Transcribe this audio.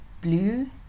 blue